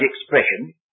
expression